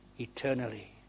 Eternally